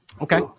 Okay